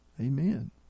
Amen